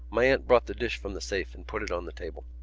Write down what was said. my aunt brought the dish from the safe and put it on the table.